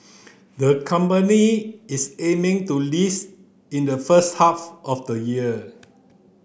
the company is aiming to list in the first half of the year